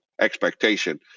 expectation